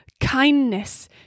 kindness